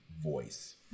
voice